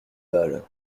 balles